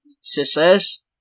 Success